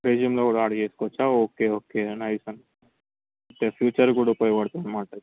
రెస్యూములో కూడా ఆడ్ చేసుకోవచ్చా okay okay nice అండి ఫ్యూచర్ కూడా ఉపయోగపడుతుంది అన్నమాట